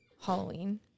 Halloween